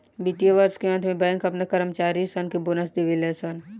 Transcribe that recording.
वित्तीय वर्ष के अंत में बैंक अपना कर्मचारी सन के बोनस देवे ले सन